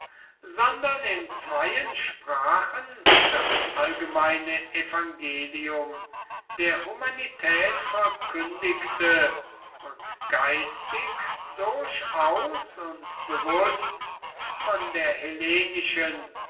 sondern in zweien sprachen das allgemeine evangelium der humanität verkündigte und geistig durchaus und bewußt von der